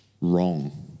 wrong